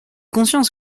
conscience